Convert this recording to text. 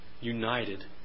united